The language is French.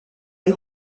les